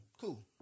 cool